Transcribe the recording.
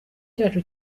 cyacu